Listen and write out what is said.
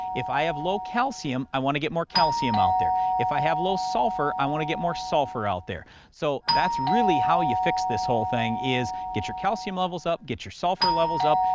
if i have low calcium i want to get more calcium out there. if i have low sulfur, i want to get more sulfur out there. so, that's really how you fix this whole thing is get your calcium levels up, get your sulfur levels up.